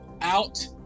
out